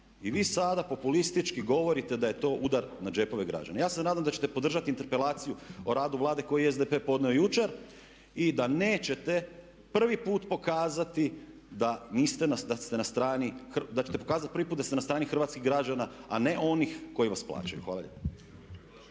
i vi sada populistički govorite da je to udar na džepove građana. Ja se nadam da ćete podržati interpelaciju o radu Vladu koji je SDP podnio jučer i da nećete prvi put pokazati da ste na strani hrvatskih građana a ne onih koji vas plaćaju. Hvala lijepa.